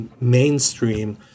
mainstream